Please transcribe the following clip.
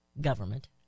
government